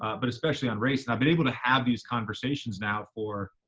but especially on race. and i've been able to have these conversations now for,